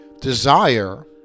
desire